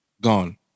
gone